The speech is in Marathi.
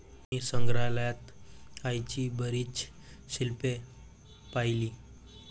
मी संग्रहालयात आईची बरीच शिल्पे पाहिली